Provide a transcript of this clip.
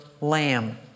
lamb